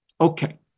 Okay